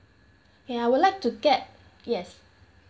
ya I would like to get yes